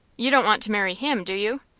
you don't want to marry him, do you?